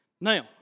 Now